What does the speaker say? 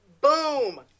Boom